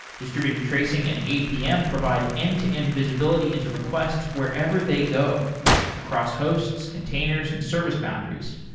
distributed tracing and apm provide end-to-end visibility into requests wherever they go across hosts, containers and service boundaries.